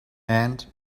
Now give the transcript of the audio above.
and